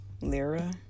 Lyra